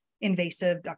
invasive